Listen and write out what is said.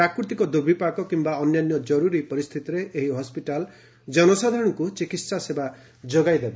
ପ୍ରାକୃତିକ ଦୁର୍ବିପାକ କିୟା ଅନ୍ୟାନ୍ୟ କରୁରୀ ପରିସ୍ଥିତିରେ ଏହି ହସ୍କିଟାଲ ଜନସାଧାରଣଙ୍କୁ ଚିକିତ୍ସା ସେବା ଯୋଗାଇ ଦେବ